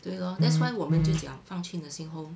对 lor that's why 我们就讲放去 nursing home